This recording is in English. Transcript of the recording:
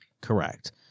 Correct